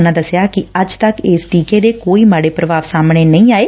ਉਨੂਾ ਦੱਸਿਆ ਕਿ ਅੱਜ ਤੱਕ ਇਸ ਟੀਕੇ ਦੇ ਕੋਈ ਮਾੜੇ ਪ੍ਰਭਾਵ ਸਾਹਮਣੇ ਨਹੀ ਆਏ